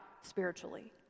spiritually